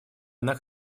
она